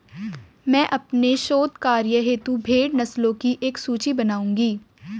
मैं अपने शोध कार्य हेतु भेड़ नस्लों की एक सूची बनाऊंगी